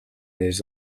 his